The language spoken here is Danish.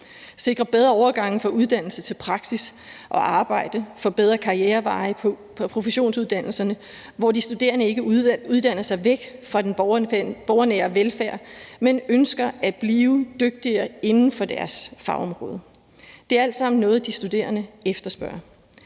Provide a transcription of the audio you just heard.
sikre bedre overgange fra uddannelse til praksis og arbejde, bedre karriereveje på professionsuddannelserne, så de studerende ikke uddanner sig væk fra den borgernære velfærd, men ønsker at blive dygtigere inden for deres fagområde. Det er alt sammen noget, de studerende efterspørger.